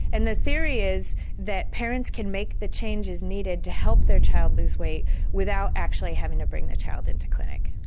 and the theory is that parents can make the changes needed to help their child lose weight without actually having to bring the child into the clinic.